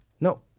No